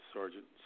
Sergeant